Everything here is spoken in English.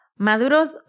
Maduros